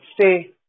stay